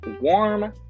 warm